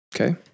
Okay